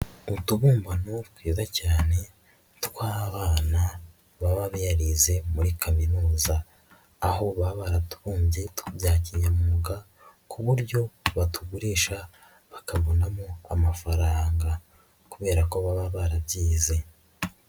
Utubumbano twiza cyane tw'abana baba barize muri Kaminuza, aho baba baratubumbye bya kinyamwuga ku buryo batugurisha bakabonamo amafaranga kubera ko baba barabyize.